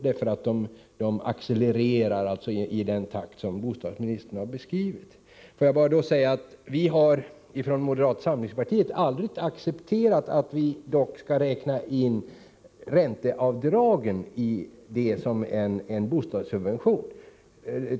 De accelererar alltså i den takt som bostadsministern har beskrivit. Får jag också säga att vi från moderata samlingspartiet aldrig har accepterat att vi skall räkna in ränteavdragen i bostadssubventionerna.